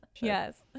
yes